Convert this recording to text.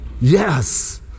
Yes